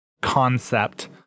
concept